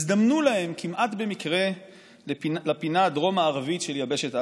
הזדמנו להם כמעט במקרה לפינה הדרום-מערבית של יבשת אסיה.